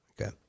Okay